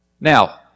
Now